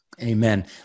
Amen